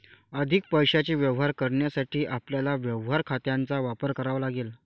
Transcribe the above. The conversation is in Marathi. अधिक पैशाचे व्यवहार करण्यासाठी आपल्याला व्यवहार खात्यांचा वापर करावा लागेल